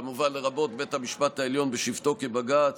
כמובן לרבות בית המשפט העליון בשבתו כבג"ץ,